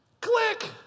Click